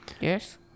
Yes